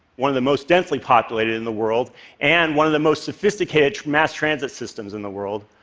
one of the most densely populated in the world and one of the most sophisticated mass transit systems in the world,